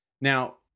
now